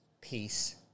peace